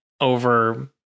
over